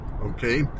okay